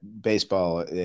baseball